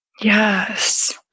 Yes